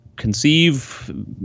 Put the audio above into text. conceive